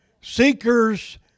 Seekers